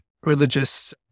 religious